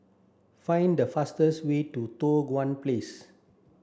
find the fastest way to Tua Kong Place